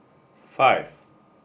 five